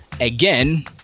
again